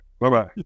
bye-bye